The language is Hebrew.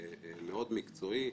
מקצועי.